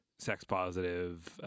sex-positive